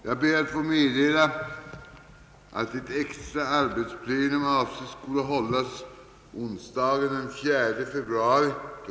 Jag ber att få meddela att ett extra arbetsplenum avses att hållas onsdagen den 4 februari kl.